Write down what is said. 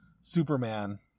Superman